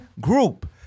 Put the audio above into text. group